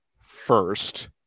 first